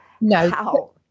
No